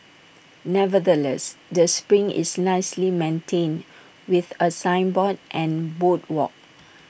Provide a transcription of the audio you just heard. nevertheless the spring is nicely maintained with A signboard and boardwalk